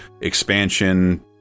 expansion